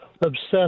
obsessed